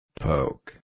Poke